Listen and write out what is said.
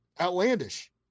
outlandish